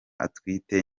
atwite